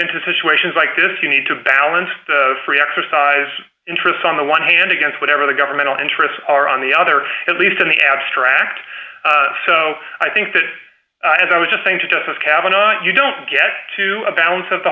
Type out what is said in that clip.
into situations like this you need to balance the free exercise interests on the one hand against whatever the governmental interests are on the other at least in the abstract so i think that as i was just saying to justice kavanagh you don't get to a balance of the